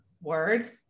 word